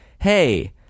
Hey